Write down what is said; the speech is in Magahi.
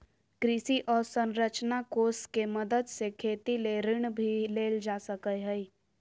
कृषि अवसरंचना कोष के मदद से खेती ले ऋण भी लेल जा सकय हय